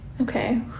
Okay